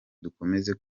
dukomeze